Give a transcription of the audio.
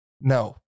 No